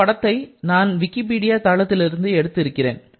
இந்த படத்தை நான் விக்கிபீடியா தளத்திலிருந்து எடுத்து இருக்கிறேன்